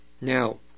Now